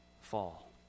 fall